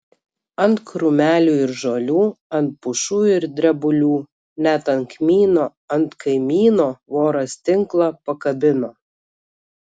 ant krūmelių ir žolių ant pušų ir drebulių net ant kmyno ant kaimyno voras tinklą pakabino